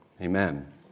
Amen